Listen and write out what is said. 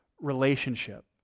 relationship